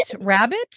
rabbit